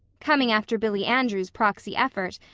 coming after billy andrews' proxy effort,